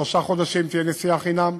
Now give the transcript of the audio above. שלושה חודשים תהיה נסיעה חינם,